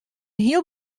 hiel